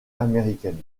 américaine